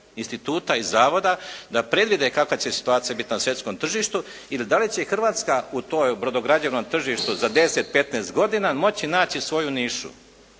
instituta i zavoda da predvide kakva će svjetska situacija biti na svjetskom tržištu i da li će Hrvatska u tom brodograđevnom tržištu za 10, 15 godina moći naći svoju nišu,